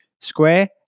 square